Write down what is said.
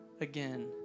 again